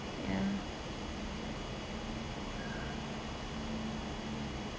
ya